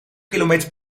kilometer